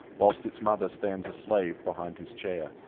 whilst its mother stands a slave behind his chair.